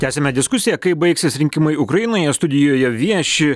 tęsiame diskusiją kaip baigsis rinkimai ukrainoje studijoje vieši